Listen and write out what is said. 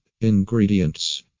Ingredients